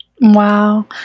Wow